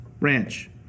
ranch